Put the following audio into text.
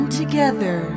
together